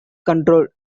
control